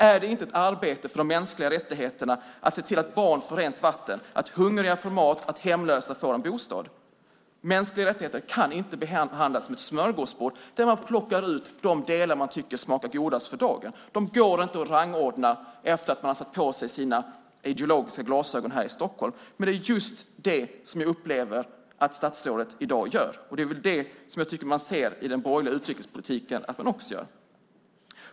Är det inte ett arbete för de mänskliga rättigheterna att se till att barn får rent vatten, att hungriga får mat och att hemlösa får en bostad? Mänskliga rättigheter kan inte behandlas som ett smörgåsbord där man plockar ut de delar man tycker smakar godast för dagen. De går inte att rangordna efter att man har satt på sig sina ideologiska glasögon här i Stockholm. Det är just det som jag upplever att statsrådet i dag gör. Det är väl det jag tycker mig se i den borgerliga utrikespolitiken att man också gör.